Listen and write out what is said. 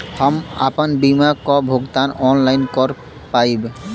हम आपन बीमा क भुगतान ऑनलाइन कर पाईब?